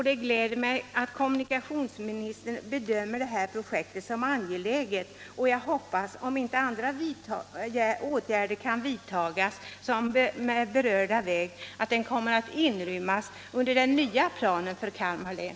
Det glädjer mig att kommunikationsministern bedömer detta projekt som angeläget. Jag hoppas att den berörda vägen, om inte andra åtgärder kan vidtas, kommer att inrymmas i den nya planen för Kalmar län.